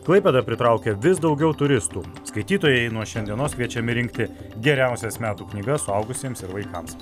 klaipėda pritraukia vis daugiau turistų skaitytojai nuo šiandienos kviečiami rinkti geriausias metų knygas suaugusiems ir vaikams